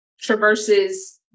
traverses